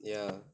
ya